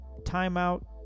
timeout